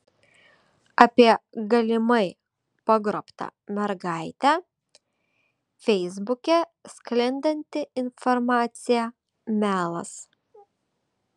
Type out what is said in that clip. apie galimai pagrobtą mergaitę feisbuke sklindanti informacija melas